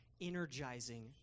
energizing